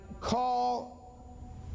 call